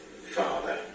father